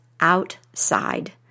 outside